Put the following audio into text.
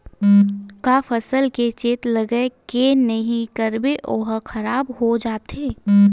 का फसल के चेत लगय के नहीं करबे ओहा खराब हो जाथे?